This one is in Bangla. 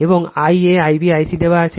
এবং I a I b I c দেওয়া আছে